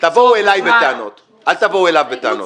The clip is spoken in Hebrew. תבואו אליי בטענות, אל תבואו אליו בטענות.